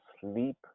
sleep